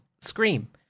Scream